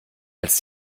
als